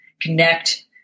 connect